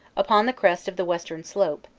upon the crest of the western slore,